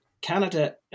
Canada